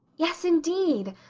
yes, indeed.